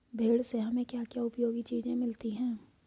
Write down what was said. भेड़ से हमें क्या क्या उपयोगी चीजें मिलती हैं?